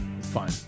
fine